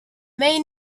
may